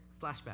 Flashback